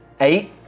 Eight